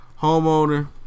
homeowner